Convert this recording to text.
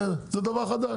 זה דבר חדש.